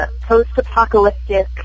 post-apocalyptic